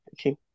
Okay